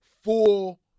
full